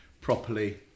properly